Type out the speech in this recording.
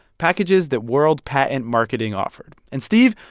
packages that world patent marketing offered. and steve,